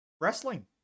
wrestling